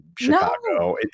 Chicago